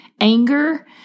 Anger